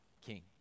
King